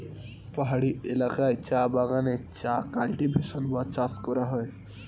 পাহাড়ি এলাকায় চা বাগানে চা কাল্টিভেশন বা চাষ করা হয়